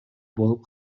болуп